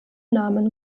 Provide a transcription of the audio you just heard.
namen